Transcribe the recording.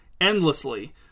endlessly